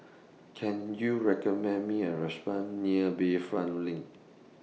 Can YOU recommend Me A Restaurant near Bayfront LINK